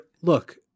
look